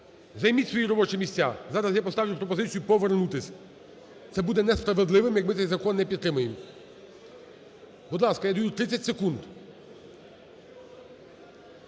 Займіть свої робочі місця, зараз я поставлю пропозицію повернутись. Це буде несправедливим як ми цей закон не підтримаємо. Будь ласка, я даю 30 секунд.